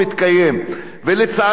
ולצערי הרב השני,